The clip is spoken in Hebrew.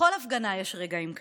בכל הפגנה יש רגעים כאלה,